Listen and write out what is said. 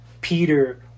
Peter